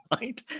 right